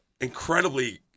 incredibly